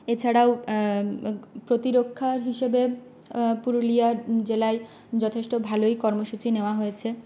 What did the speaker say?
এছাড়াও প্রতিরক্ষার হিসেবে পুরুলিয়া জেলায় যথেষ্ট ভালোই কর্মসূচি নেওয়া হয়েছে